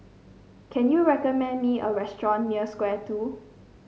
can you recommend me a restaurant near Square Two